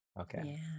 Okay